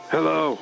Hello